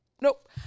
nope